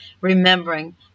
remembering